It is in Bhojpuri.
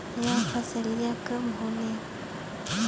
यह फसलिया कब होले?